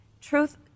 Truth